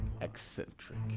Eccentric